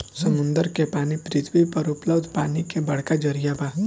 समुंदर के पानी पृथ्वी पर उपलब्ध पानी के बड़का जरिया बा